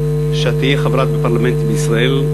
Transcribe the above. שאת תהיי חברה בפרלמנט בישראל,